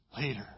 later